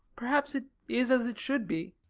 perhaps it is as it should be.